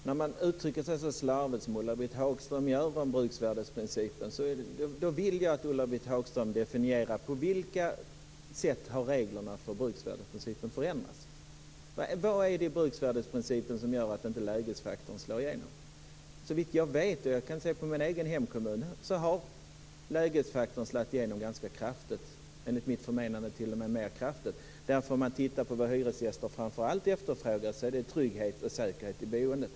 Fru talman! När man uttrycker sig så slarvigt om bruksvärdesprincipen som Ulla-Britt Hagström gör vill jag att hon definierar på vilka sätt reglerna för bruksvärdesprincipen har förändrats. Vad är det i bruksvärdesprincipen som gör att lägesfaktorn inte slår igenom? Så vitt jag vet - jag kan se på min egen hemkommun - har lägesfaktorn slagit igenom ganska kraftigt, enligt mitt förmenande t.o.m. kraftigare. Tittar man på vad hyresgäster framför allt efterfrågar är det trygghet och säkerhet i boendet.